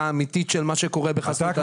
האמיתית של מה שקורה בחסות הנוער?